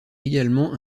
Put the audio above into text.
également